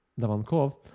Davankov